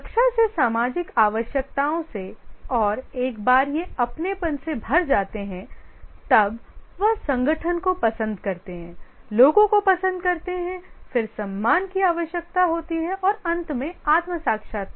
सुरक्षा से सामाजिक आवश्यकताओं से और एक बार ये अपनेपन से भर जाते हैं तब वह संगठन को पसंद करते हैं लोगों को पसंद करते हैं फिर सम्मान की आवश्यकता होती है और अंत में आत्म साक्षात्कार